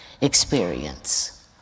experience